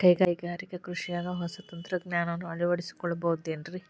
ಕೈಗಾರಿಕಾ ಕೃಷಿಯಾಗ ಹೊಸ ತಂತ್ರಜ್ಞಾನವನ್ನ ಅಳವಡಿಸಿಕೊಳ್ಳಬಹುದೇನ್ರೇ?